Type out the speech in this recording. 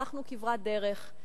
הלכנו כברת דרך,